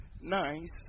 nice